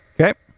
Okay